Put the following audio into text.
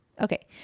okay